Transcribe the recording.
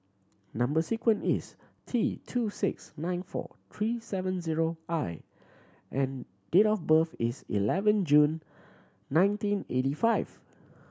number sequence is T two six nine four three seven zero I and date of birth is eleven June nineteen eighty five